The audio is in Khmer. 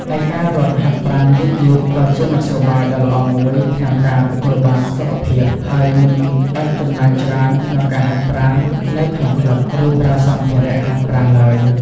ឯការរត់ហាត់ប្រាណយឺតៗក៏ជាមធ្យោបាយដ៏ល្អមួយក្នុងការទទួលបានសុខភាព ហើយមិនបាច់ចំណាយច្រើនក្នុងការហាត់នៅក្នុងក្លិប ឬប្រើសម្ភារៈហាត់ប្រាណឡើយ។